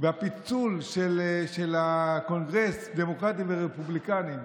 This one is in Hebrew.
והפיצול של הקונגרס, דמוקרטים ורפובליקנים,